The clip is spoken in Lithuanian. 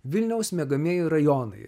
vilniaus miegamieji rajonai